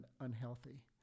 unhealthy